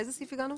לאיזה סעיף הגענו?